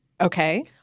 Okay